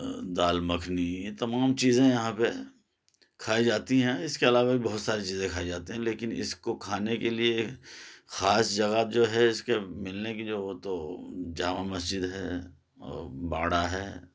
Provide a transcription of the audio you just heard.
دال مکھنی یہ تمام چیزیں یہاں پہ کھائی جاتی ہیں اس کے علاوہ بھی بہت ساری چیزیں کھائی جاتی ہیں لیکن اس کو کھانے کے لیے خاص جگہ جو ہے اس کے ملنے کی جو وہ تو جامع مسجد ہے اور باڑہ ہے